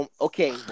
Okay